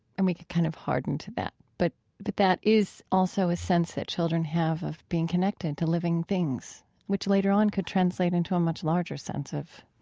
and we kind of harden to that, but but that is also a sense that children have of being connected to living things, which later on could translate into a much larger sense of